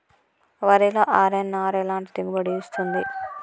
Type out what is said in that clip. వరిలో అర్.ఎన్.ఆర్ ఎలాంటి దిగుబడి ఇస్తుంది?